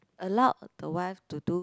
allow the wife to do